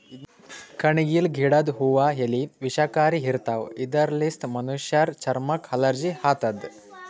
ಕಣಗಿಲ್ ಗಿಡದ್ ಹೂವಾ ಎಲಿ ವಿಷಕಾರಿ ಇರ್ತವ್ ಇದರ್ಲಿನ್ತ್ ಮನಶ್ಶರ್ ಚರಮಕ್ಕ್ ಅಲರ್ಜಿ ಆತದ್